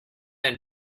than